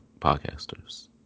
podcasters